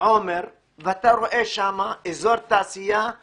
עומר ואתה רואה שם אזור תעשייה שהוא